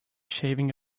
shaving